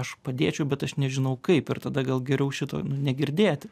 aš padėčiau bet aš nežinau kaip ir tada gal geriau šito negirdėti